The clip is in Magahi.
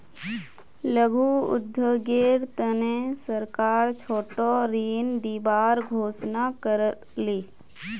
लघु उद्योगेर तने सरकार छोटो ऋण दिबार घोषणा कर ले